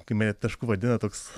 kai mane tašku vadina toks